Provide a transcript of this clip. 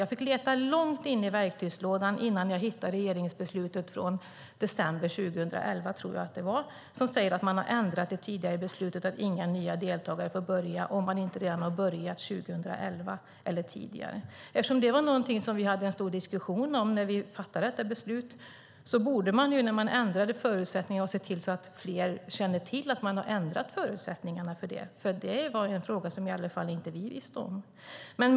Jag fick leta långt inne i verktygslådan innan jag hittade regeringsbeslutet från december 2011, tror jag att det var, som säger att man har ändrat det tidigare beslutet att inga nya deltagare får börja om de inte redan har börjat 2011 eller tidigare. Eftersom detta var något som vi hade en stor diskussion om när vi fattade beslutet borde man ha sett till att fler känner till att man har ändrat förutsättningarna, för det var i alla fall något som inte vi visste någonting om.